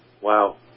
Wow